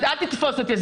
אל תתפוס אותי,